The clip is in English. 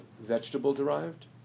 vegetable-derived